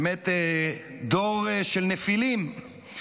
באמת דור של נפילים.